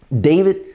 David